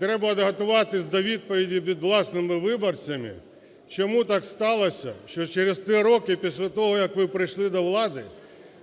Треба готуватися до відповіді перед власними виборцями, чому так сталося, що через три роки після того, як ви прийшли до влади,